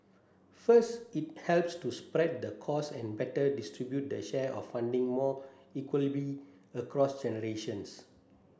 first it helps to spread the cost and better distribute the share of funding more equitably across generations